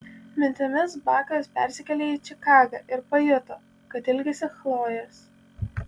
mintimis bakas persikėlė į čikagą ir pajuto kad ilgisi chlojės